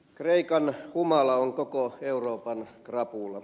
kreikan humala on koko euroopan krapula